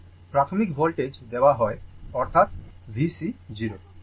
প্রাথমিক voltage দেওয়া হয় অর্থাৎ VC 0